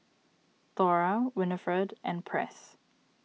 Thora Winifred and Press